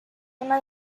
una